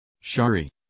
shari